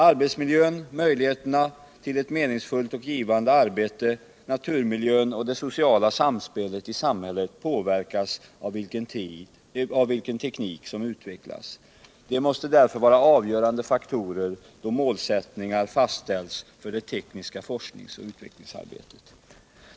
Arbetsmiljön, möjligheterna till ett meningsfullt och givande arbete, naturmiljön och det sociala samspelet i samhället påverkas av vilken teknik som utvecklas. De måste vara avgörande faktorer då målsättningar fastställs för det tekniska forskningsoch utvecklingsarbetet.